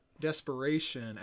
desperation